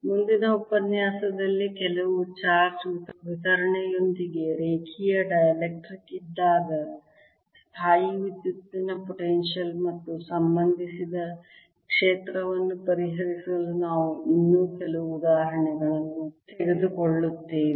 ಮುಂದಿನ ಉಪನ್ಯಾಸದಲ್ಲಿ ಕೆಲವು ಚಾರ್ಜ್ ವಿತರಣೆಯೊಂದಿಗೆ ರೇಖೀಯ ಡೈಎಲೆಕ್ಟ್ರಿಕ್ಸ್ ಇದ್ದಾಗ ಸ್ಥಾಯೀವಿದ್ಯುತ್ತಿನ ಪೊಟೆನ್ಶಿಯಲ್ ಮತ್ತು ಸಂಬಂಧಿತ ಕ್ಷೇತ್ರವನ್ನು ಪರಿಹರಿಸಲು ನಾವು ಇನ್ನೂ ಕೆಲವು ಉದಾಹರಣೆಗಳನ್ನು ತೆಗೆದುಕೊಳ್ಳುತ್ತೇವೆ